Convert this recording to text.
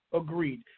Agreed